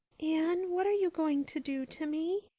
anne, what are you going to do to me?